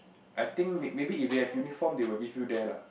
I think may maybe if you have uniform they will give you there lah